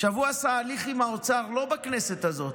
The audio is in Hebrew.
הוא עשה הליך עם האוצר, לא בכנסת הזאת,